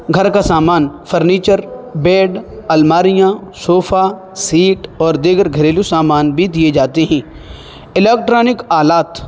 گھر کا سامان فرنیچر بیڈ الماریاں صوفہ سیٹ اور دیگر گھریلو سامان بھی دیے جاتے ہیں الیکٹرانک آلات